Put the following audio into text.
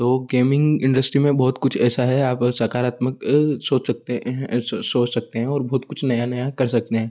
तो gaming industry में बहुत कुछ ऐसा है आप सकारात्मक सोच सकते हैं सोच सकते हैं और बहुत कुछ नया नया कर सकते हैं